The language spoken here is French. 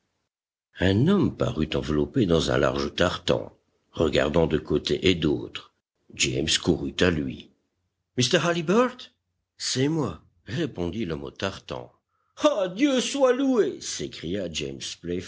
un homme parut enveloppé dans un large tartan regardant de côté et d'autre james courut à lui mr halliburtt c'est moi répondit l'homme au tartan ah dieu soit loué s'écria james